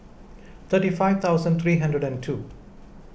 thirty five thousand three hundred and two